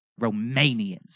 Romanians